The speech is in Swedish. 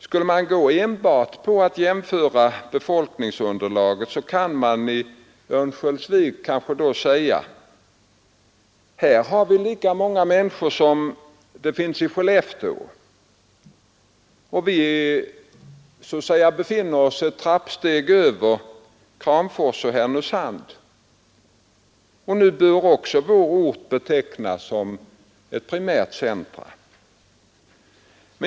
Skulle man enbart gå efter en jämförelse mellan befolkningsunderlagen, kan man kanske i Örnsköldsvik säga: Här har vi lika många människor som det finns i Skellefteå. Vi befinner oss ett trappsteg över Kramfors och Härnösand. Nu bör också vår ort betecknas som ett primärt centrum.